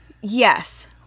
yes